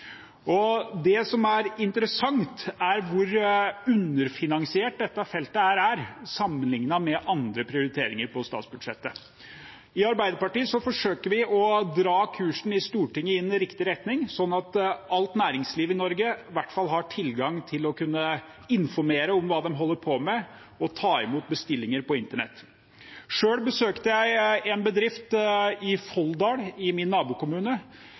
og til mobiltelefon. Det som er interessant, er hvor underfinansiert dette feltet er sammenlignet med andre prioriteringer på statsbudsjettet. I Arbeiderpartiet forsøker vi å dra kursen i Stortinget i riktig retning sånn at alt næringsliv i Norge i hvert fall har tilgang til å kunne informere om hva de holder på med, og ta imot bestillinger på internett. Selv besøkte jeg en bedrift i Folldal, min nabokommune,